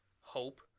hope